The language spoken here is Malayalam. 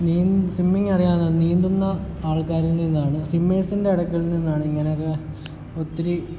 നീന്ത് സ്വിമ്മിങ് അറിയാവുന്ന നീന്തുന്ന ആൾക്കാരിൽ നിന്നാണ് സ്വിമ്മേഴ്സിൻ്റെ അടുക്കൽ നിന്നാണ് ഇങ്ങനെ ഒക്കെ ഒത്തിരി